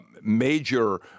major